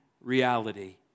reality